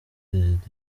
prezida